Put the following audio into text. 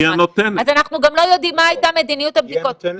אנחנו לא יודעים גם מה הייתה מדיניות הבדיקות.